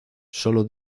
solo